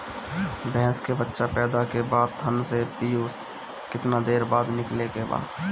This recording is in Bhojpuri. भैंस के बच्चा पैदा के बाद थन से पियूष कितना देर बाद निकले के बा?